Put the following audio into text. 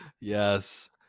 Yes